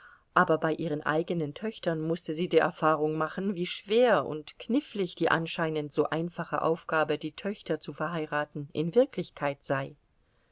aber bei ihren eigenen töchtern mußte sie die erfahrung machen wie schwer und knifflig die anscheinend so einfache aufgabe die töchter zu verheiraten in wirklichkeit sei